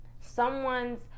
Someone's